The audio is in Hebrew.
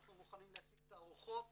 אנחנו מוכנים להציג תערוכות